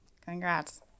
Congrats